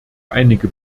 einige